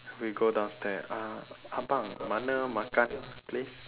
we go downstair uh abang mana makan place